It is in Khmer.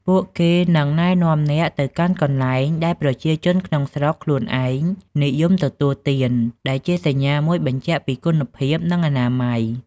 ពួកគេនឹងណែនាំអ្នកទៅកាន់កន្លែងដែលប្រជាជនក្នុងស្រុកខ្លួនឯងនិយមទទួលទាន ដែលជាសញ្ញាមួយបញ្ជាក់ពីគុណភាព និងអនាម័យ។